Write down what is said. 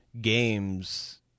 games